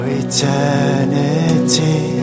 eternity